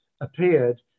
appeared